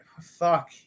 fuck